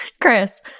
Chris